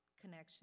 connection